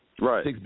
Right